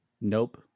Nope